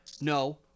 No